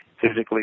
physically